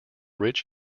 rich